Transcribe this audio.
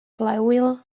flywheel